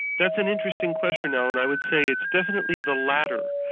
that's an interesting question, alan. i would say it's definitely the latter.